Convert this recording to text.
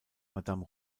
madame